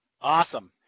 Awesome